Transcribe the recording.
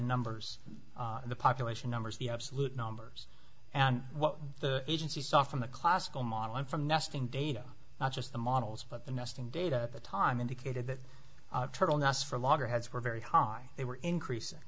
numbers in the population numbers the absolute numbers and what the agency saw from the classical model and from nesting data not just the models but the nesting data the time indicated that turtle knots for loggerheads were very high they were increasing